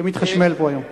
שמתחשמל פה היום.